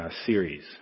series